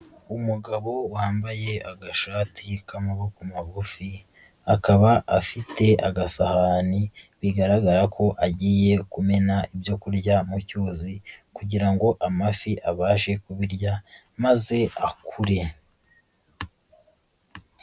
Umugabo wambaye agashati k'amaboko magufi, akaba afite agasahani, bigaragara ko agiye kumena ibyo kurya mu cyuzi kugira ngo amafi abashe kubirya, maze akure.